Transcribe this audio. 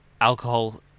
alcohol